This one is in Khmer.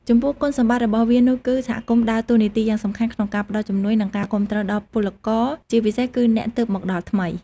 ចំពោះគុណសម្បត្តិរបស់វានោះគឺ សហគមន៍ដើរតួនាទីយ៉ាងសំខាន់ក្នុងការផ្ដល់ជំនួយ និងការគាំទ្រដល់ពលករ ជាពិសេសគឺអ្នកទើបមកដល់ថ្មី ។